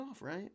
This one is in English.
right